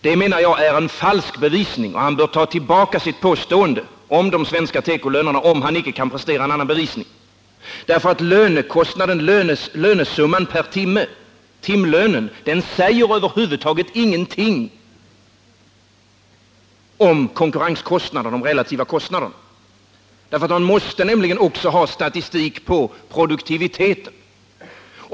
Det menar jag är en falsk bevisning. Kan han inte prestera en annan bevisning, bör han ta tillbaka sitt påstående om de svenska tekolönerna. Timlönen säger över huvud taget ingenting om konkurrenssituationen och de relativa kostnaderna. Man måste nämligen ha statistik på produktiviteten.